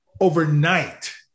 overnight